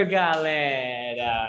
galera